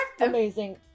amazing